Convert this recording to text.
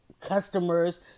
customers